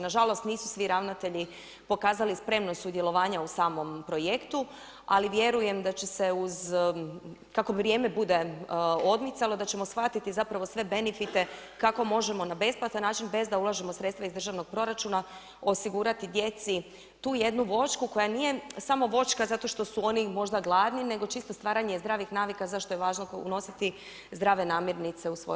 Nažalost, nisu svi ravnatelji pokazali spremnost sudjelovanja u samom projektu, ali vjerujem da će se uz kako vrijeme bude odmicalo da ćemo shvatiti zapravo sve benefite kako možemo na besplatan način bez da ulažemo sredstva iz držanog proračuna osigurati djeci tu jednu voćku, koja nije samo voćka zato što su oni možda gladni, nego čisto stvaranje zdravih navika, zašto je važno unositi zdrave namjernice u svoj